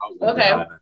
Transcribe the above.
Okay